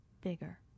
bigger